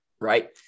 right